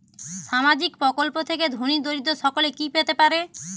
সামাজিক প্রকল্প থেকে ধনী দরিদ্র সকলে কি পেতে পারে?